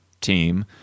team